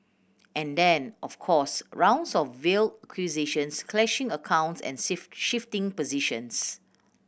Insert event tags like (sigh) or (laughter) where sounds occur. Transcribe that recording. and then of course rounds of veiled accusations clashing accounts and (unintelligible) shifting positions